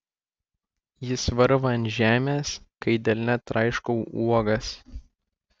jis varva ant žemės kai delne traiškau uogas